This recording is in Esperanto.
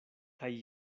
kaj